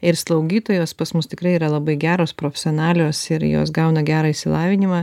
ir slaugytojos pas mus tikrai yra labai geros profesionalios ir jos gauna gerą išsilavinimą